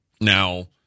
Now